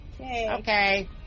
Okay